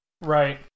Right